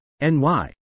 NY